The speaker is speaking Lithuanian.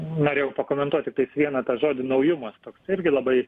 norėjau pakomentuot tiktais vieną tą žodį naujumas toks irgi labai